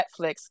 Netflix